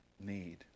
need